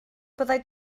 byddai